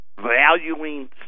Valuing